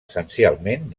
essencialment